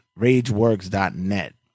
RageWorks.net